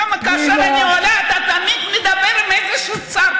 למה כאשר אני עולה אתה תמיד מדבר עם איזשהו צד,